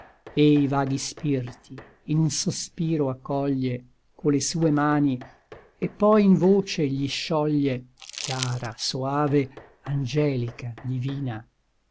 e i vaghi spirti in un sospiro accoglie co le sue mani et poi in voce gli scioglie chiara soave angelica divina